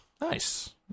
Nice